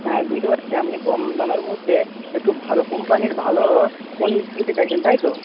হ্যাঁ বুঝতে পারছি আপনি কম দামের মধ্যে একটু ভালো কোম্পানির ভালো ফোন কিনতে চাইছেন তাই তো